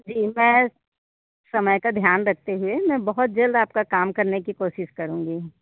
जी मैं समय का ध्यान रखते हुए मैं बहोत जल्द आपका काम करने की कोशिश करूँगी